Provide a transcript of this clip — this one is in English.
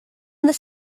this